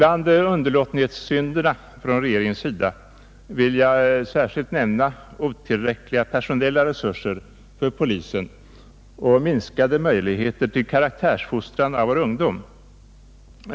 Av resultaten av regeringens underlåtenhetssynder vill jag särskilt nämna otillräckliga personella resurser för polisen och minskade möjligheter till karaktärsfostran av vår ungdom.